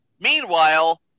Meanwhile